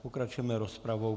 Pokračujeme rozpravou.